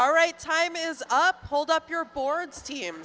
all right time is up hold up your boards team